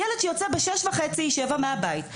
ילד שיוצא ב-6:30-7:00 מהבית,